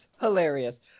hilarious